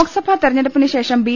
ലോക്സഭാതെരഞ്ഞെടുപ്പിന് ശേഷം ബി